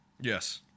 Yes